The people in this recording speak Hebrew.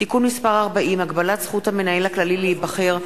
(תיקון מס' 40) (הגבלת זכות המנהל הכללי להיבחר),